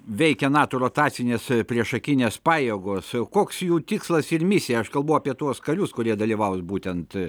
veikia nato rotacinės priešakinės pajėgos o koks jų tikslas ir misija aš kalbu apie tuos karius kurie dalyvaus būtent